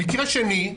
מקרה שני.